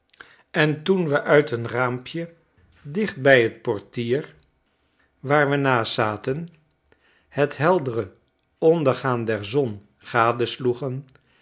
en toen we uit een raampje dicht bij t portier waar we naast zaten het heldere ondergaan der zon